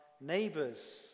neighbors